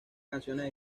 canciones